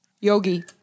Yogi